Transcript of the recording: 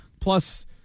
Plus